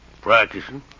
Practicing